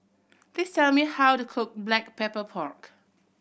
please tell me how to cook Black Pepper Pork